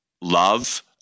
love